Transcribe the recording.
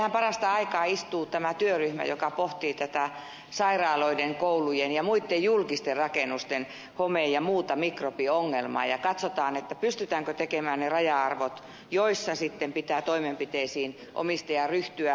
meillähän parasta aikaa istuu tämä työryhmä joka pohtii tätä sairaaloiden koulujen ja muitten julkisten rakennusten home ja muuta mikrobiongelmaa ja katsotaan pystytäänkö tekemään ne raja arvot joiden kohdalla sitten pitää toimenpiteisiin omistajan ryhtyä